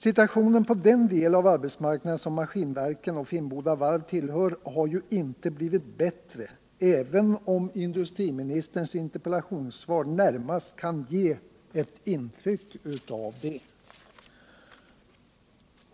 Situationen på den del av arbetsmarknaden som Svenska Maskinverken och Finnboda Varv tillhör har ju inte blivit bättre, även om industriministerns interpellationssvar närmast kan ge intryck av det.